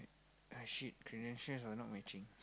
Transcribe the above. ah shit credentials are not matching